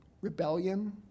rebellion